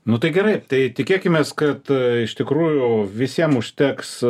nu tai gerai tai tikėkimės kad iš tikrųjų visiem užteks